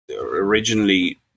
originally